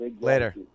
Later